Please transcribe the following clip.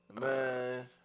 man